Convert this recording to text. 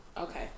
okay